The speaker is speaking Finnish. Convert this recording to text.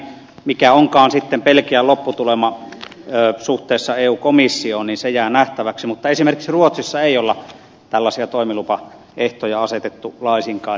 mikä onkaan sitten belgian lopputulema suhteessa eu komissioon jää nähtäväksi mutta esimerkiksi ruotsissa ei ole tällaisia toimilupaehtoja asetettu laisinkaan